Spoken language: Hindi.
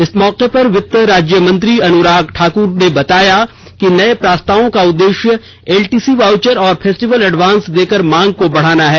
इस मौके पर वित्त राज्यमंत्री अनुराग ठाकुर ने बताया कि नये प्रस्तावों का उद्देश्य एलटीसी वाउचर और फेस्टिवल एडवांस देकर मांग को बढाना है